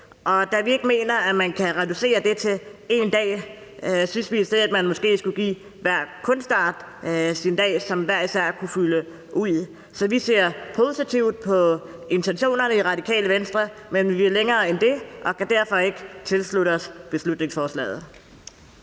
Og da vi ikke mener, at man kan reducere det til en dag, synes vi, at man måske i stedet for skulle give hver kunstart sin dag, som de hver især kunne fylde ud. Så vi i Radikale Venstre ser positivt på intentionerne, men vi vil længere end det, og vi kan derfor ikke tilslutte os beslutningsforslaget.